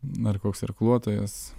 na ar koks irkluotojas